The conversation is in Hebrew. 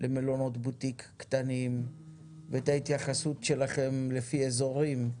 למלונות בוטיק קטנים ואת ההתייחסות שלכם לפי אזורים,